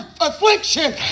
affliction